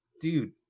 dude